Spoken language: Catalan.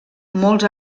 molts